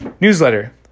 newsletter